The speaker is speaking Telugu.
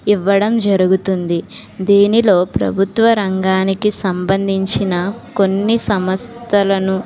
ఇవ్వడం జరుగుతుంది దీనిలో ప్రభుత్వ రంగానికి సంబంధించిన కొన్ని సంస్థలను